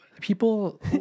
people